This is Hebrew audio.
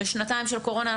בשנתיים של הקורונה,